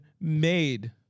made